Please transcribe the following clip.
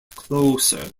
closer